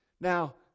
Now